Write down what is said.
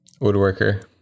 Woodworker